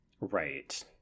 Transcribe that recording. Right